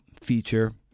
feature